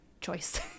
choice